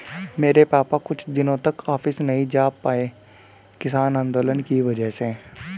मेरे पापा कुछ दिनों तक ऑफिस नहीं जा पाए किसान आंदोलन की वजह से